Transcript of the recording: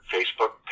Facebook